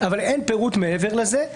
אבל אין פירוט מעבר לזה.